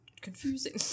confusing